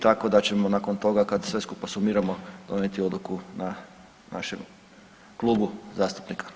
Tako da ćemo nakon toga kad sve skupa sumiramo donijeti odluku na našem klubu zastupnika.